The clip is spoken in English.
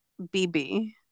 BB